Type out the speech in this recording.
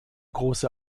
große